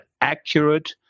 accurate